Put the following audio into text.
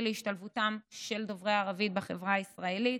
להשתלבותם של דוברי ערבית בחברה הישראלית,